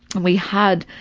we had,